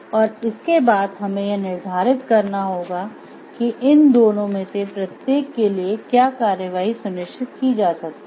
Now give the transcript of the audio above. और इसके बाद हमें यह निर्धारित करना होगा कि इन दोनों में से प्रत्येक के लिए क्या कार्रवाई सुनिश्चित की जा सकती है